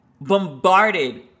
bombarded